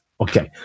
okay